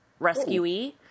rescuee